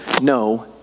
No